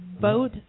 vote